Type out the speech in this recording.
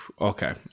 Okay